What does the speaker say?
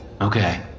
Okay